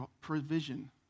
provision